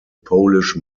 polish